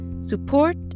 support